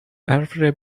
every